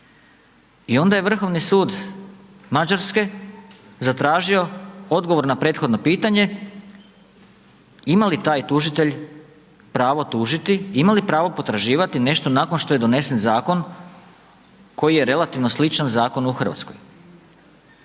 i onda je Vrhovni sud Mađarske zatražio odgovor na prethodno pitanje ima li taj tužitelj pravo tužiti, imali pravo potraživati nešto nakon što je donesen zakon koji je relativno sličan zakonu u Hrvatskoj.